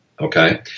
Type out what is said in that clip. okay